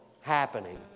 happening